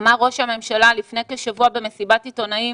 אמר ראש הממשלה לפני כשבוע במסיבת עיתונאים